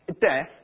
death